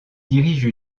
dirige